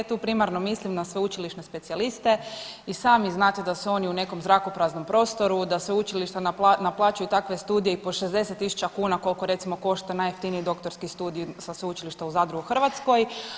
Tu primarno mislim na sveučilišne specijaliste i sami znate da su oni u nekom zrakopraznom prostoru, da sveučilišta naplaćuju takve studije i po 60.000 kuna koliko recimo košta najjeftiniji doktorski studij sa Sveučilišta u Zadru u Hrvatskoj.